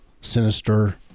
sinister